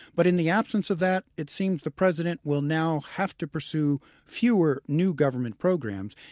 but in the absence of that it seems the president will now have to pursue fewer new government programs,